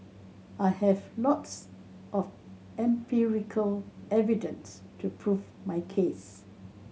I have lots of empirical evidence to prove my case